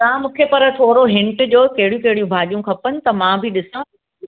तव्हां मूंखे पर थोरो हिंट ॾियो कहिड़ियूं कहिड़ियूं भाॼियूं खपनि त मां बि ॾिसां